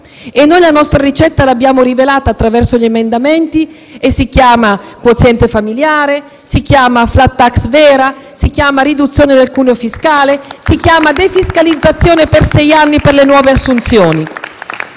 Noi la nostra ricetta l'abbiamo rivelata attraverso gli emendamenti. Si chiama quoziente familiare, si chiama *flat tax* vera, si chiama riduzione del cuneo fiscale, si chiama defiscalizzazione per sei anni per le nuove assunzioni.